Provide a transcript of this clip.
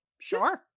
sure